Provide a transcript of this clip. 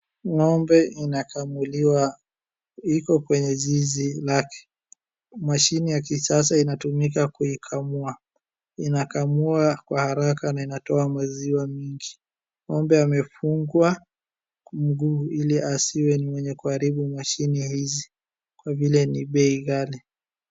Ng'ombe inakamuliwa. Iko kwenye zizi lake. Mashine ya kisasa inatumika kuikamua. Inakamua kwa haraka na inatoa maziwa mingi. Ng'ombe amefungwa kwa mguu ili asiwe ni mwenye kuharibu mashine hizi kwa vile ni bei ghali.